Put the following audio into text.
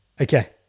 Okay